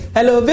Hello